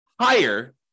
higher